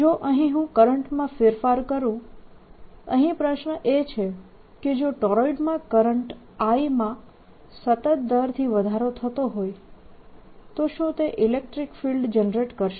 જો અહીં હું કરંટમાં ફેરફાર કરું અહીં પ્રશ્ન એ છે કે જો ટોરોઇડમાં કરંટ I માં સતત દરથી વધારો થતો હોય તો શું તે ઇલેક્ટ્રીક ફિલ્ડ જનરેટ કરશે